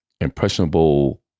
impressionable